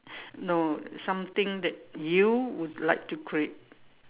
no something that you would like to create